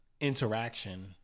interaction